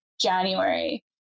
january